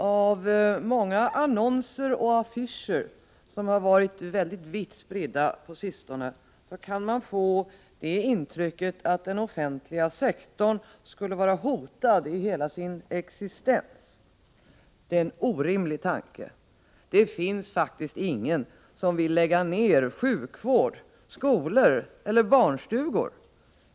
Fru talman! Av många på sistone vitt spridda affischer och annonser kan man få det intrycket att den offentliga sektorn skulle vara hotad i hela sin existens. Det är en orimlig tanke. Ingen vill faktiskt lägga ner sjukvård, skolor eller barnstugor.